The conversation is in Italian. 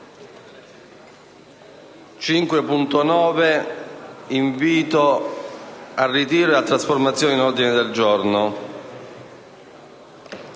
un invito al ritiro e alla trasformazione in ordine del giorno;